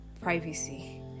privacy